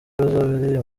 bazobereye